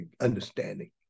understanding